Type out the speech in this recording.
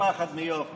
מתוך פחד מיואב קיש.